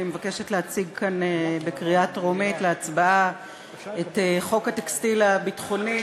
אני מבקשת להציג כאן להצבעה בקריאה טרומית את חוק הטקסטיל הביטחוני,